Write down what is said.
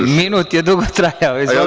Minut je dugo trajao.